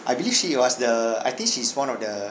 I believe she was the I think she's one of the